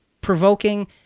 provoking